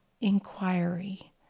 inquiry